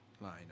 line